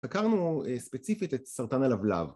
‫חקרנו ספציפית את סרטן הלבלב.